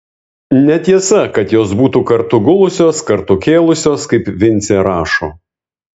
netiesa kad jos būtų kartu gulusios kartu kėlusios kaip vincė rašo